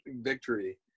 victory